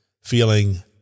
feeling